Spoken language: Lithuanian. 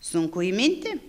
sunku įminti